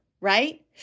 right